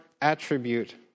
attribute